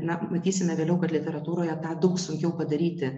na matysime vėliau kad literatūroje tą daug sunkiau padaryti